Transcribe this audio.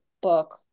book